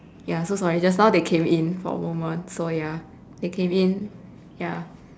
ya so sorry just now they came in for a moment so ya they came in ya